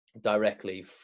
directly